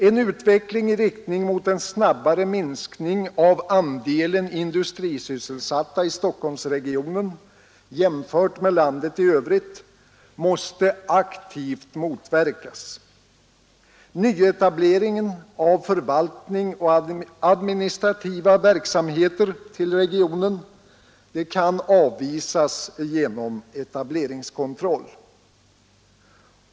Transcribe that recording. En utveckling i riktning mot en snabbare minskning av andelen industrisysselsatta i Stockholmsregionen jämfört med landet i övrigt måste aktivt motverkas. Nyetablering av förvaltning och administrativa verksamheter till regionen kan avvisas genom etableringskonstroll.